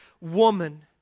woman